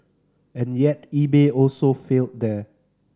and yet eBay also failed there